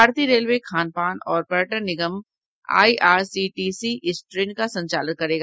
भारतीय रेलवे खान पान और पर्यटन निगम I R C T C इस ट्रेन का संचालन करेगा